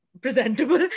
presentable